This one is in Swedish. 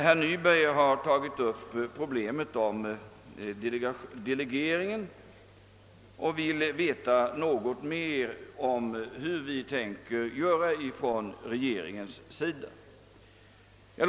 Herr Nyberg har tagit upp problemet om delegering av beslutanderätten och vill veta något mera om hur regeringen tänker göra.